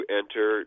enter